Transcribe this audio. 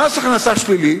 מס הכנסה שלילי